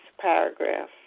paragraph